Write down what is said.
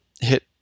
hit